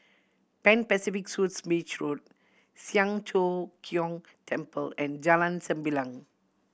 Pan Pacific Suites Beach Road Siang Cho Keong Temple and Jalan Sembilang